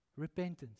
Repentance